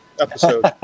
episode